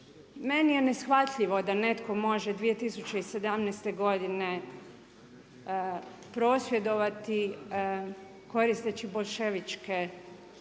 Meni je neshvatljivo da netko može 2017. godine prosvjedovati koristeći boljševičke